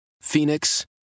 Phoenix